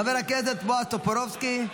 חבר הכנסת בועז טופורובסקי,